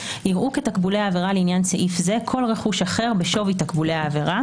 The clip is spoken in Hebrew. יראו כתקבולי העבירה לעניין סעיף זה כל רכוש אחר בשווי תקבולי העבירה